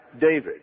David